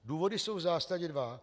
Důvody jsou v zásadě dva.